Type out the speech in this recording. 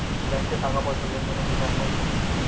ব্যাঙ্কে টাকা পয়সার লেনদেনের জন্য একাউন্ট থাকে